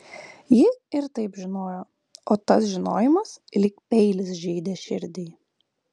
ji ir taip žinojo o tas žinojimas lyg peilis žeidė širdį